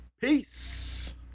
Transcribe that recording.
Peace